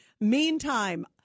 Meantime